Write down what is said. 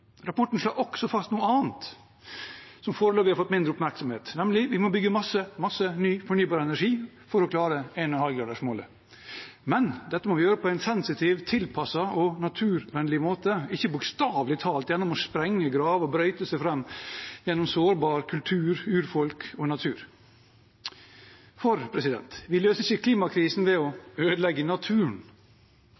Rapporten slår også fast noe annet, som foreløpig har fått mindre oppmerksomhet, nemlig at vi må bygge masse ny fornybar energi for å klare 1,5-gradersmålet. Men dette må vi gjøre på en sensitiv, tilpasset og naturvennlig måte, ikke bokstavelig talt gjennom å sprenge, grave og brøyte seg fram gjennom sårbar kultur, urfolk og natur. Vi løser ikke klimakrisen ved å